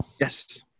Yes